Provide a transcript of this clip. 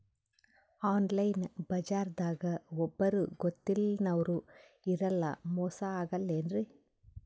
Online ಬಜಾರದಾಗ ಒಬ್ಬರೂ ಗೊತ್ತಿನವ್ರು ಇರಲ್ಲ, ಮೋಸ ಅಗಲ್ಲೆನ್ರಿ?